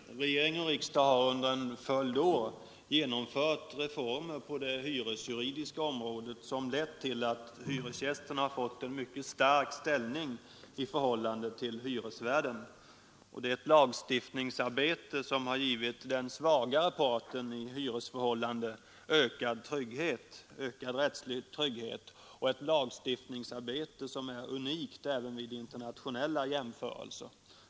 Herr talman! Regering och riksdag har under en följd av år genomfört reformer på det hyresjuridiska området som lett till att hyresgästerna fått en mycket stark ställning i förhållande till hyresvärden. Det är ett lagstiftningsarbete som har givit den svagare parten i ett hyresförhållande ökad rättslig trygghet, ett lagstiftningsarbete som är unikt även vid internationella jämförelser.